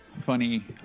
Funny